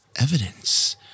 evidence